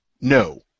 No